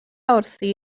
wrthi